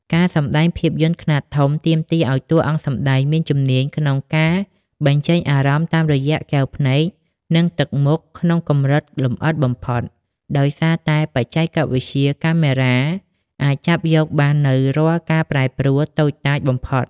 ការសម្ដែងភាពយន្តខ្នាតធំទាមទារឱ្យតួសម្ដែងមានជំនាញក្នុងការបញ្ចេញអារម្មណ៍តាមរយៈកែវភ្នែក និងទឹកមុខក្នុងកម្រិតលម្អិតបំផុត ដោយសារតែបច្ចេកវិទ្យាកាមេរ៉ាអាចចាប់យកបាននូវរាល់ការប្រែប្រួលតូចតាចបំផុត។